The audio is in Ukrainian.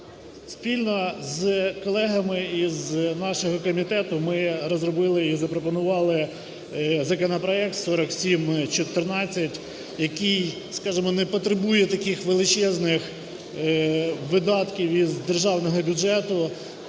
Спільно з колегами з нашого комітету ми розробили і запропонували законопроект 4714, який, скажемо, не потребує таких величезних видатків із Державного бюджету,